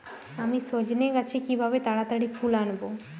আমি সজনে গাছে কিভাবে তাড়াতাড়ি ফুল আনব?